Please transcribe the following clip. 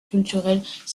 culturelles